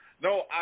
No